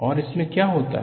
और इसमें क्या होता है